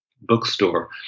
bookstore